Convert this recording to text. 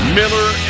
Miller